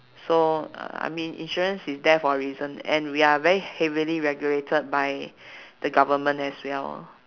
so uh I mean insurance is there for a reason and we are very heavily regulated by the government as well